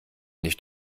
nicht